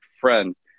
friends